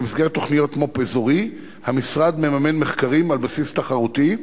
במסגרת תוכנית מו"פ אזורי המשרד מממן מחקרים על בסיס תחרותי,